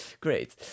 great